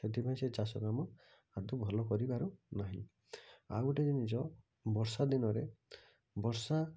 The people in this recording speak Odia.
ସେଥିପାଇଁ ସେ ଚାଷ କାମ ଆଦୌ ଭଲ କରିପାରୁନାହିଁ ଆଉ ଗୋଟେ ଜିନିଷ ବର୍ଷା ଦିନରେ ବର୍ଷା